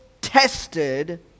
tested